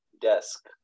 desk